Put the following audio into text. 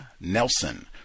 Nelson